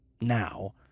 now